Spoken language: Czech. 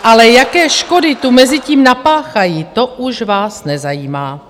Ale jaké škody tu mezitím napáchají, to už vás nezajímá.